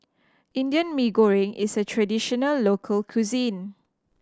Indian Mee Goreng is a traditional local cuisine